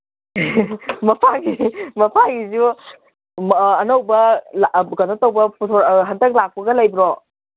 ꯃꯄꯥꯒꯤ ꯃꯄꯥꯒꯤꯁꯨ ꯑꯅꯧꯕ ꯀꯩꯅꯣ ꯇꯧꯕ ꯍꯟꯗꯛ ꯂꯥꯛꯄꯒ ꯂꯩꯕ꯭ꯔꯣ